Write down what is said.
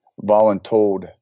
voluntold